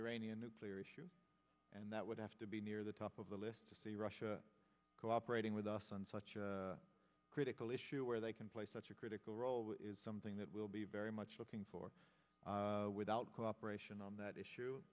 iranian nuclear issue and that would have to be near the top of the list to see russia cooperating with us on such a critical issue where they can play such a critical role is something that we'll be very much looking for without cooperation on that issue